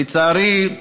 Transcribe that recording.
לצערי,